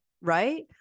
right